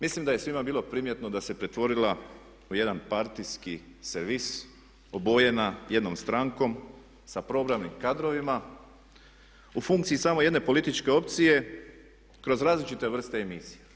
Mislim da je svima bilo primjetno da se pretvorila u jedan partijski servis obojena sa jednom strankom sa probranim kadrovima, u funkciji samo jedne političke opcije kroz različite vrste emisija.